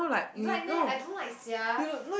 you like meh I don't like sia